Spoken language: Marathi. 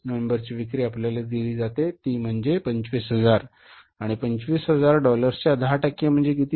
नोव्हेंबरची विक्री आपल्याला दिली जाते ती म्हणजे 25000 आणि 25000 डॉलर्सच्या दहा टक्के म्हणजे किती